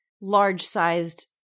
large-sized